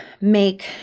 make